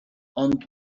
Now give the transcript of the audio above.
ond